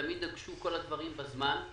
תמיד הוגשו כל הדברים בזמן.